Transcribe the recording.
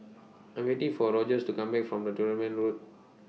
I Am waiting For Rogers to Come Back from Dunearn Road